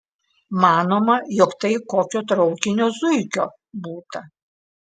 manoma jog tai kokio traukinio zuikio būta